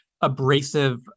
abrasive